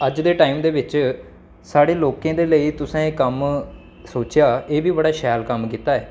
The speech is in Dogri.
अज्ज दे टाइम दे बिच्च साढ़े लोकें दे लेई तुसें एह् कम्म सोचेआ एह् बी बड़ा शैल कम्म कीता ऐ